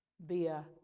via